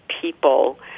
people